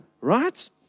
right